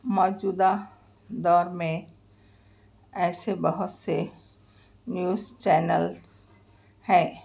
ماچدہ دور میں ایسے بہت سے نیوز چینلز ہیں